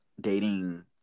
dating